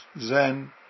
zen